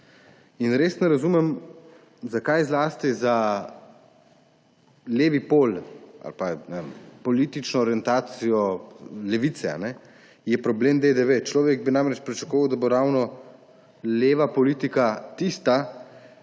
Res ne razumem, zakaj je zlasti za levi pol ali za politično orientacijo levice problem DDV. Človek bi namreč pričakoval, da bo ravno leva politika tista,